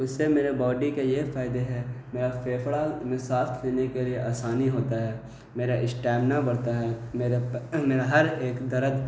اس سے میرے باڈی کے یہ فائدے ہے میرا فیفڑا میں صات لینے کے لیے آسانی ہوتا ہے میرا اسٹیمناا بڑھتا ہے میرا میرا ہر ایک درد